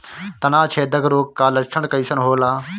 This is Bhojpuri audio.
तना छेदक रोग का लक्षण कइसन होला?